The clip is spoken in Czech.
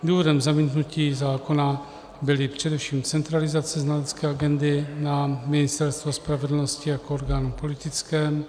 Důvodem zamítnutí zákona byla především centralizace znalecké agendy na Ministerstvo spravedlnosti jako orgán politický.